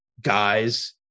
Guys